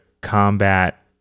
combat